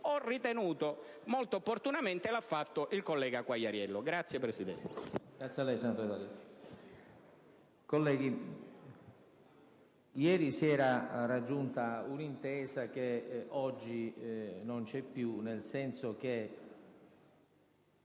io ritengo molto opportunamente, lo ha ricondotto il collega Quagliariello.